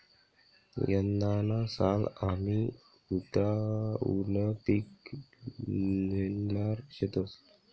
यंदाना साल आमी रताउनं पिक ल्हेणार शेतंस